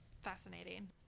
fascinating